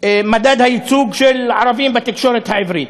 מדד הייצוג של ערבים בתקשורת העברית: